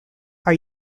are